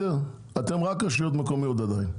אתם לא הממשלה, אתם רק רשויות מקומיות עדיין.